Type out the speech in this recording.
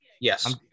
Yes